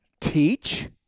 teach